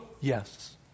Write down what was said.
Yes